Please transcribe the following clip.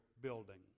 building